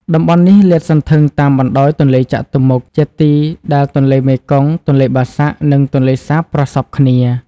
តំបន់នេះលាតសន្ធឹងតាមបណ្តោយទន្លេចតុមុខ ជាទីដែលទន្លេមេគង្គ ទន្លេបាសាក់ និងទន្លេសាបប្រសព្វគ្នា។